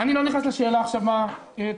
פה יש משהו שהוא במהות,